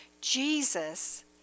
Jesus